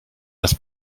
das